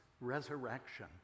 resurrection